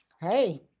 Hey